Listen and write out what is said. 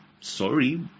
sorry